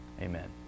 amen